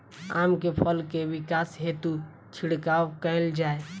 आम केँ फल केँ विकास हेतु की छिड़काव कैल जाए?